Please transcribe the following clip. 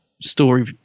story